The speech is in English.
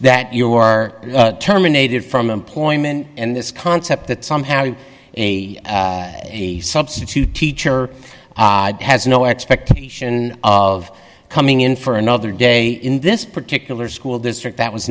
that you are terminated from employment and this concept that somehow a substitute teacher has no expectation of coming in for another day in this particular school district that was